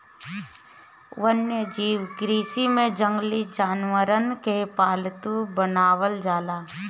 वन्यजीव कृषि में जंगली जानवरन के पालतू बनावल जाला